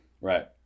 Right